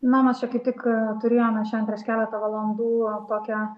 na mes čia kaip tik turėjome šian prieš keletą valandų tokią